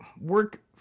work